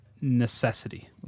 necessity